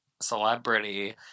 celebrity